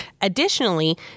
additionally